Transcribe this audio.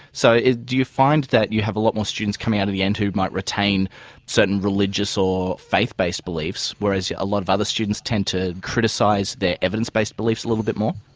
so do you find that you have a lot more students coming out at the end who might retain certain religious or faith based beliefs, whereas yeah a lot of other students tend to criticise their evidence-based beliefs a little bit more?